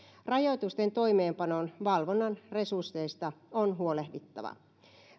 rajoitusten toimeenpanon valvonnan resursseista on huolehdittava